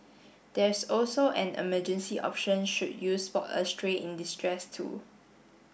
there's also an emergency option should you spot a stray in distress too